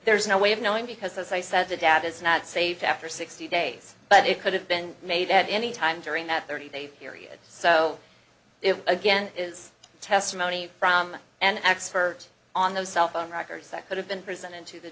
there's no way of knowing because as i said the dad is not saved after sixty days but it could have been made at any time during that thirty day period so if again is testimony from an expert on those cell phone records that could have been presented to the